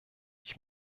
ich